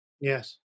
Yes